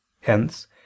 Hence